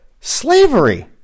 slavery